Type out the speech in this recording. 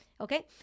okay